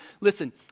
Listen